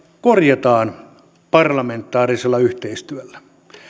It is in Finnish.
korjataan parlamentaarisella yhteistyöllä